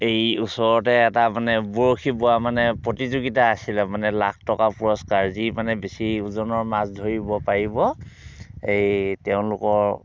এই ওচৰতে এটা মানে বৰশী বোৱা মানে প্ৰতিযোগিতা আছিলে মানে লাখ টকা পুৰষ্কাৰ যি মানে বেছি ওজনৰ মাছ ধৰিব পাৰিব এই তেওঁলোকৰ